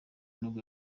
nibwo